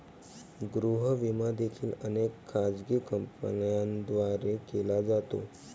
गृह विमा देखील अनेक खाजगी कंपन्यांद्वारे केला जातो